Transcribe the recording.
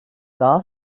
daha